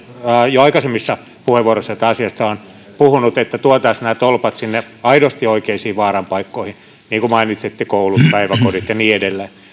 jo aikaisemmissa puheenvuoroissa asiasta olen puhunut että tuotaisiin nämä tolpat sinne aidosti oikeisiin vaaranpaikkoihin mainitsitte koulut päiväkodit ja niin